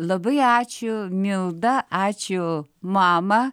labai ačiū milda ačiū mama